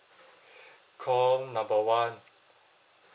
call number one